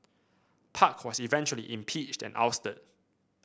park was eventually impeached and ousted